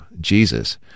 Jesus